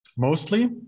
mostly